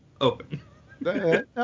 open